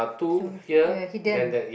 two they are hidden